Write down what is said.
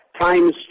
Times